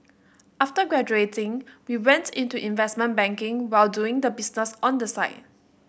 after graduating he went into investment banking while doing the business on the side